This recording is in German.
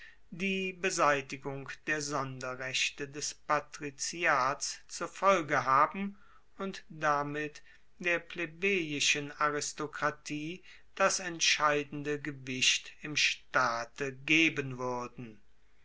die beseitigung der sonderrechte des patriziats zur folge haben und damit der plebejischen aristokratie das entscheidende gewicht im staate geben wuerden